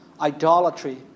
Idolatry